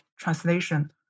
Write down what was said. Translation